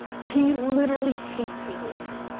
he literally hates his life.